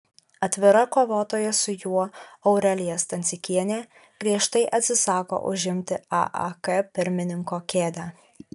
atvira kovotoja su juo aurelija stancikienė griežtai atsisako užimti aak pirmininko kėdę